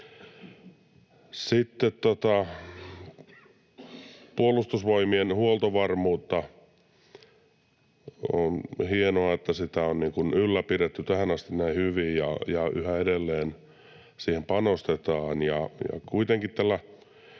Sitten Puolustusvoimien huoltovarmuus. On hienoa, että sitä on ylläpidetty tähän asti näin hyvin ja yhä edelleen siihen panostetaan.